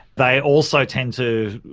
they also tend to,